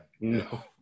no